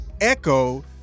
echo